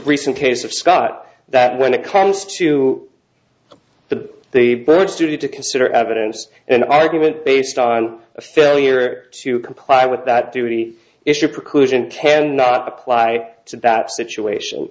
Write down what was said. recent case of scott that when it comes to the the bird study to consider evidence an argument based on a failure to comply with that duty issue preclusion can not apply to that situation